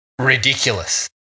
ridiculous